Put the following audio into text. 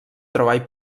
treball